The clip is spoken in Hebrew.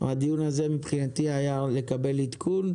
הדיון הזה מבחינתי היה לקבל עדכון,